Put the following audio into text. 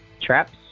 traps